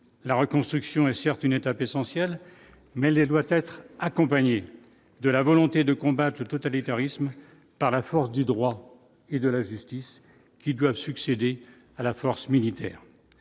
la reconstruction est certes une étape essentielle, mais elle doit être accompagnée de la volonté de combattre le totalitarisme, par la force du droit et de la justice qui doivent succéder à la force militaire,